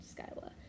Skyla